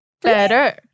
better